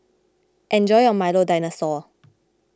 enjoy your Milo Dinosaur